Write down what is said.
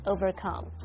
Overcome